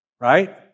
right